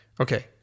Okay